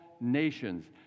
nations